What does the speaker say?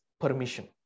permission